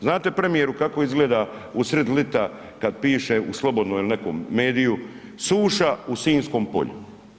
Znate, premijeru, kako izgleda u sred ljeta kad piše u slobodnom ili nekom mediju, suša u Sinjskom polju?